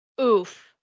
oof